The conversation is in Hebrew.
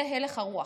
זה הלך הרוח.